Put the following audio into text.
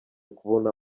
kubona